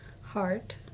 heart